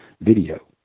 video